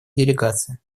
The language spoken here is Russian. делегации